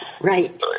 right